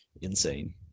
insane